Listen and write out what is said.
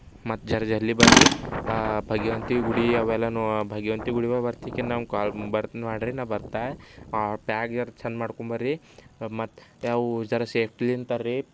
ಮತ್ತು ಜರಾ ಜಲ್ದಿ ಬನ್ರಿ ಭಗಿವಂತಿ ಗುಡಿ ಅವೆಲ್ಲ ನೋ ಭಗಿವಂತಿ ಗುಡಿ ಬಲ್ಲಿ ಬರ್ತಿಕೆ ನಂಗೆ ಕಾಲ್ ಬರ್ತೀನಿ ಮಾಡಿರಿ ನಾ ಬರ್ತೇ ಆ ಪ್ಯಾಕ್ ಜರಾ ಚಂದ ಮಾಡ್ಕೊಂಡ್ ಬನ್ರಿ ಮತ್ತು ಅವು ಜರಾ ಸೇಫ್ಟಿಲಿಂದ ತನ್ರಿ